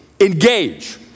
Engage